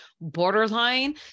borderline